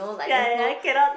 ya ya ya cannot